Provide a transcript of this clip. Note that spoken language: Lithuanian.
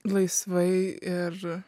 laisvai ir